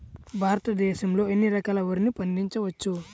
భారతదేశంలో ఎన్ని రకాల వరిని పండించవచ్చు